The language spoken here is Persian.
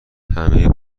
همه